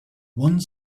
one